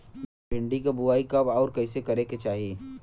भिंडी क बुआई कब अउर कइसे करे के चाही?